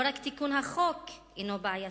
לא רק תיקון החוק הינו בעייתי,